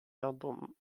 album